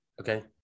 Okay